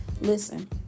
Listen